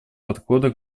подхода